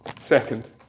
Second